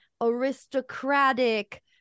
aristocratic